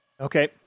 Okay